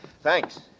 thanks